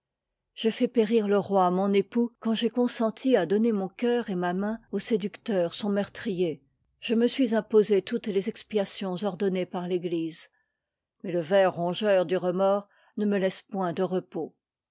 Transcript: j'ai fait périr le roi mon époux quand j'ai consenti à donner mon coeur et ma main au séduc leur son meurtrier je me suis imposé toutes les expiations ordonnées par l'église mais ie ver rongeur du remords ne me laisse point de repos